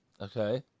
Okay